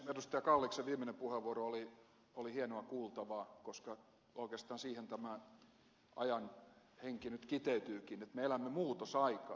kalliksen viimeinen puheenvuoro oli hienoa kuultavaa koska oikeastaan siihen tämä ajan henki nyt kiteytyykin että me elämme muutosaikaa